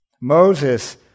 Moses